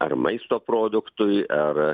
ar maisto produktui ar